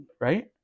right